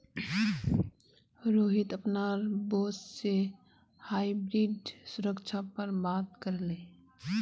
रोहित अपनार बॉस से हाइब्रिड सुरक्षा पर बात करले